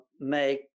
make